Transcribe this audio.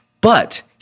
but-